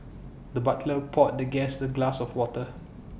the butler poured the guest A glass of water